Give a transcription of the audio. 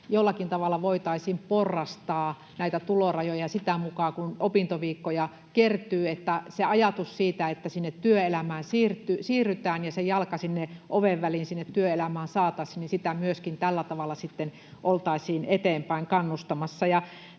jollakin tavalla voitaisiin porrastaa näitä tulorajoja sitä mukaa kun opintoviikkoja kertyy. Ajatus siinä on, että työelämään siirtymistä ja jalan oven väliin saamista työelämään myöskin tällä tavalla sitten oltaisiin eteenpäin kannustamassa.